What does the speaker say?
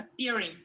appearing